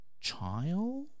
child